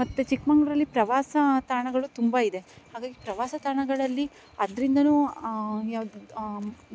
ಮತ್ತು ಚಿಕ್ಕಮಂಗ್ಳೂರಲ್ಲಿ ಪ್ರವಾಸ ತಾಣಗಳು ತುಂಬ ಇದೆ ಹಾಗಾಗಿ ಪ್ರವಾಸ ತಾಣಗಳಲ್ಲಿ ಅದರಿಂದ ಯಾವ್ದು